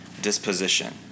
disposition